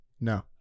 no